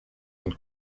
une